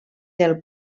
del